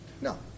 No